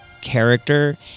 character